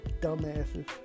dumbasses